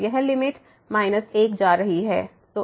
तो यह लिमिट 1 जा रही है